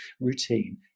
routine